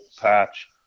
patch